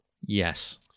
Yes